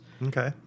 Okay